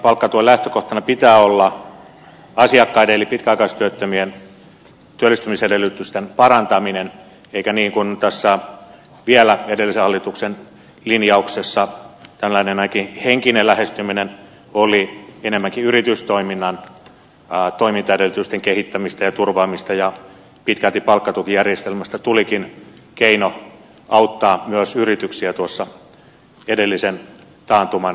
palkkatuen lähtökohtana pitää olla asiakkaiden eli pitkäaikaistyöttömien työllistymisedellytysten parantaminen eikä niin kuin tässä vielä edellisen hallituksen linjauksessa tällainen ainakin henkinen lähestyminen oli enemmänkin yritystoiminnan toimintaedellytysten kehittämistä ja turvaamista ja pitkälti palkkatukijärjestelmästä tulikin keino auttaa myös yrityksiä tuossa edellisen taantuman vaikeina hetkinä